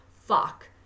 fuck